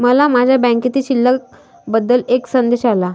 मला माझ्या बँकेतील शिल्लक बद्दल एक संदेश आला